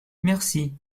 merci